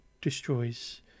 destroys